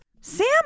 Sam